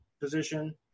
position